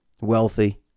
wealthy